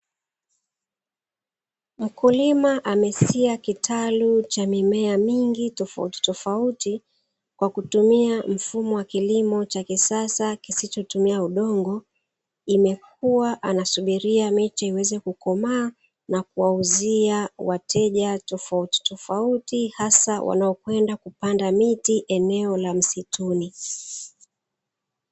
Mkulima amesia kitalu cha mimea mingi tofautitofauti kwa kutumia mfumo wa kilimo cha kisasa kisichotumia udongo, imekuwa anasubiria mechi iweze kukomaa na kuwauzia wateja tofautitofauti hasa wanaokwenda kupanda miti eneo la msituni.